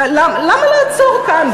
למה לעצור כאן?